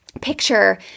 picture